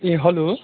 A hello